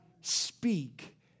speak